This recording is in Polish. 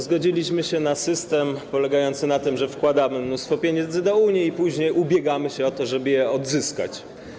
Zgodziliśmy się na system polegający na tym, że wkładamy mnóstwo pieniędzy do Unii i później ubiegamy się o to, żeby je odzyskać.